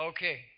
Okay